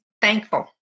thankful